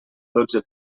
dotze